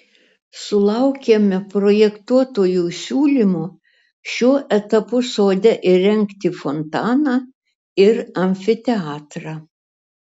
sulaukėme projektuotojų siūlymo šiuo etapu sode įrengti fontaną ir amfiteatrą